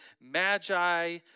Magi